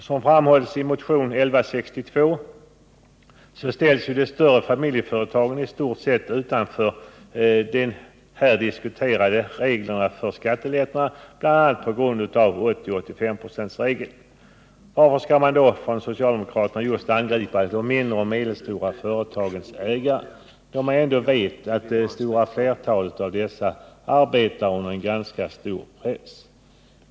Som framhålls i motionen 1162 ställs de större familjeföretagen i stort sett utanför de här diskuterade reglerna för skattelättnader, bl.a. på grund av 80/85-procentsregeln. Varför skall man då från socialdemokraterna just angripa de mindre och medelstora företagens ägare, när man ändå vet att det stora flertalet av dessa arbetar under ganska stor press?